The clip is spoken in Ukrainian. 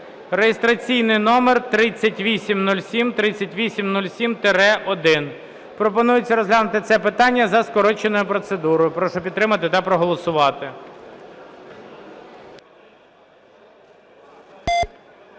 (реєстраційний номер 3807, 3807-1). Пропонується розглянути це питання за скороченою процедурою. Прошу підтримати та проголосувати.